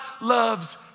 loves